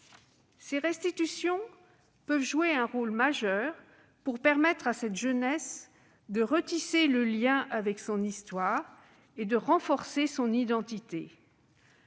Ces restitutions peuvent jouer un rôle majeur pour permettre à cette jeunesse de retisser le lien avec son histoire et de renforcer son identité.